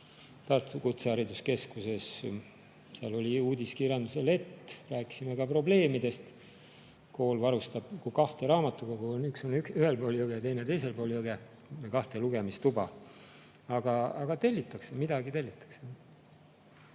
Tartu Kutsehariduskeskuses –, seal oli uudiskirjanduse lett. Rääkisime ka probleemidest. Kool varustab kahte raamatukogu, üks on ühel pool jõge ja teine teisel pool jõge, kahte lugemistuba. Aga tellitakse, midagi tellitakse.